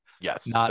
Yes